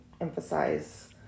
emphasize